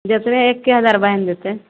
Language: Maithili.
जेतने एके हजार बान्हि देतै